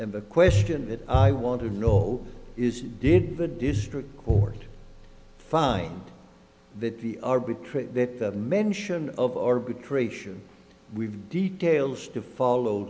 and the question that i want to know is did the district court find that the arbitrator that the mention of arbitration we've details to follow